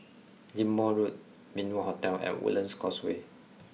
Ghim Moh Road Min Wah Hotel and Woodlands Causeway